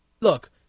look